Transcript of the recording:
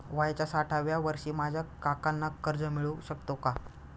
वयाच्या साठाव्या वर्षी माझ्या काकांना कर्ज मिळू शकतो का?